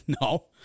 No